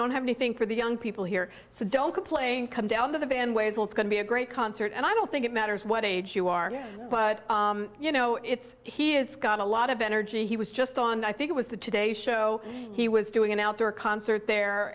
don't have anything for the young people here so don't complain come down the band ways it's going to be a great concert and i don't think it matters what age you are but you know it's he is got a lot of energy he was just on i think it was the today show he was doing an outdoor concert there